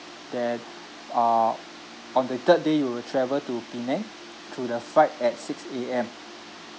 then uh on the third day you will travel to penang through the flight at six A_M